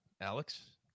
Alex